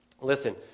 listen